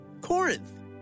Corinth